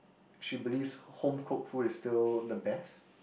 she believes home cooked food is still the best